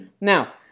Now